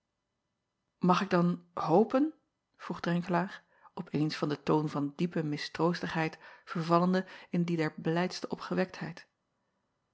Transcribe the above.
ag ik dan hopen vroeg renkelaer op eens van den toon van diepe mistroostigheid vervallende in dien der blijdste opgewektheid